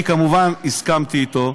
אני, כמובן הסכמתי אתו,